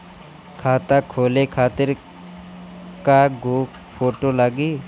खाता खोले खातिर कय गो फोटो लागी?